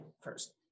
first